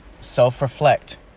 Self-reflect